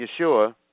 Yeshua